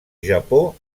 japó